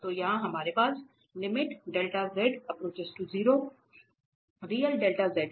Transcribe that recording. तो यहां हमारे पास है